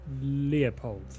Leopold